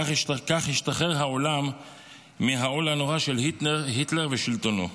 כך השתחרר העולם מהעול הנורא של היטלר ושלטונו.